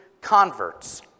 converts